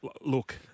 look